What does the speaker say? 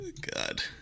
god